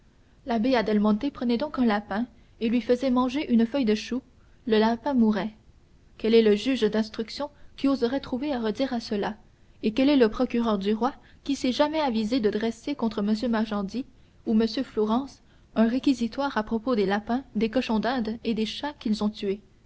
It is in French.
adelmonte prenait donc un lapin et lui faisait manger une feuille de chou le lapin mourait quel est le juge d'instruction qui oserait trouver à redire à cela et quel est le procureur du roi qui s'est jamais avisé de dresser contre m magendie ou m flourens un réquisitoire à propos des lapins des cochons d'inde et des chats qu'ils ont tués